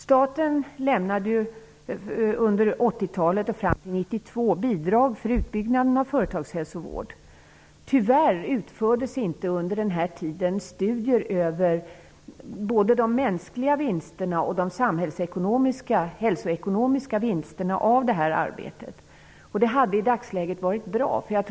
Staten lämnade ju under 80-talet och fram till 1992 Tyvärr utfördes inte under den här tiden studier över de mänskliga, samhällsekonomiska och hälsoekonomiska vinsterna av detta arbete. Det hade varit bra i dag.